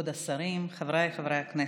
כבוד השרים, חבריי חברי הכנסת,